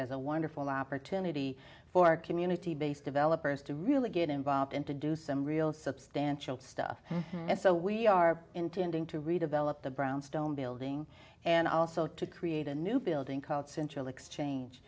as a wonderful opportunity for community based developers to really get involved and to do some real substantial stuff and so we are intending to redevelop the brownstone building and also to create a new building called central exchange